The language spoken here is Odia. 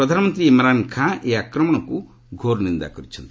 ପ୍ରଧାନମନ୍ତ୍ରୀ ଇମ୍ରାନ୍ ଖାଁ ଏହି ଆକ୍ରମଣକୁ ଘୋର୍ ନିନ୍ଦା କରିଛନ୍ତି